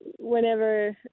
whenever